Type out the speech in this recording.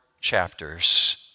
chapters